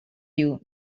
you